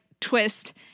twist